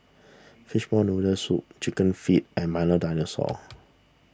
Fishball Noodle Soup Chicken Feet and Milo Dinosaur